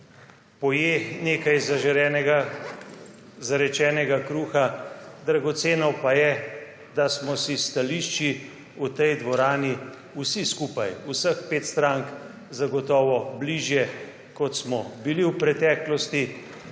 poje nekaj zarečenega kruha. Dragoceno pa je, da smo si s stališči v tej dvorani vsi skupaj, vseh pet strank, zagotovo bližje, kot smo bili v preteklosti.